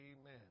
Amen